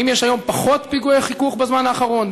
האם יש פחות פיגועי חיכוך בזמן האחרון,